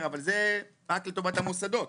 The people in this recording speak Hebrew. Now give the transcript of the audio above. אבל זה רק לטובת המוסדות.